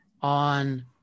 on